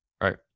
right